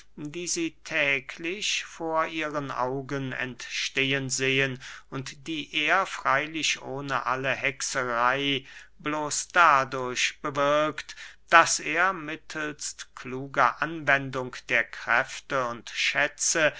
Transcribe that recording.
die sie täglich vor ihren augen entstehen sehen und die er freylich ohne alle hexerey bloß dadurch bewirkt daß er mittelst kluger anwendung der kräfte und schätze